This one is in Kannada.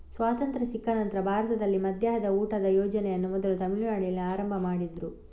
ಸ್ವಾತಂತ್ರ್ಯ ಸಿಕ್ಕ ನಂತ್ರ ಭಾರತದಲ್ಲಿ ಮಧ್ಯಾಹ್ನದ ಊಟದ ಯೋಜನೆಯನ್ನ ಮೊದಲು ತಮಿಳುನಾಡಿನಲ್ಲಿ ಆರಂಭ ಮಾಡಿದ್ರು